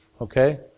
okay